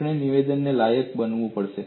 આપણે નિવેદનને લાયક બનાવવું પડશે